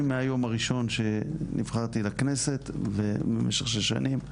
מהיום הראשון שנבחרתי לכנסת במשך שש שנים.